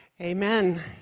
Amen